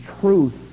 truth